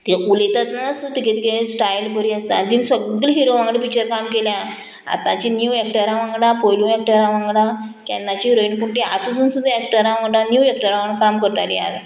ते उलयतात नासतना तिगे स्टायल बरी आसता तीन सगली हिरो वांगडा पिक्चर काम केल्या आतांची नीव एक्टरा वांगडा पयलू एक्टरा वांगडा केन्नाची हरोयन पूण ती आतां सुद्दां एक्टरां वांगडा नीव एक्टरा वांगडा काम करताली आज